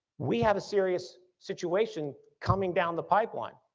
we have a serious situation coming down the pipeline.